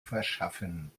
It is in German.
verschaffen